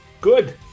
good